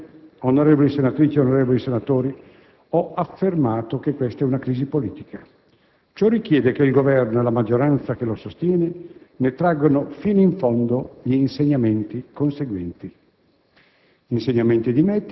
Signor Presidente, onorevoli senatrici, onorevoli senatori, ho affermato che questa è una crisi politica. Ciò richiede che il Governo e la maggioranza che lo sostiene ne traggano fino in fondo gli insegnamenti conseguenti: